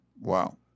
Wow